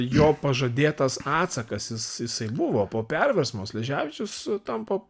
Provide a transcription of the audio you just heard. jo pažadėtas atsakas jis jisai buvo po perversmo sleževičius tampa